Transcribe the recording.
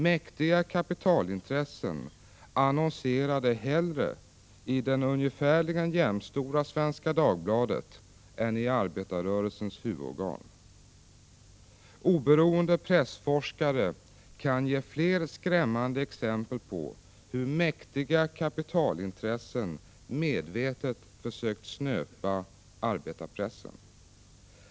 Mäktiga kapitalintressen annonserade hellre i den ungefärligen jämstora tidningen Svenska Dagbladet än i arbetarrörelsens huvudorgan. Oberoende pressforskare kan ge fler skrämmande exempel på hur mäktiga kapitalintressen medvetet försökt snöpa arbetarpressen.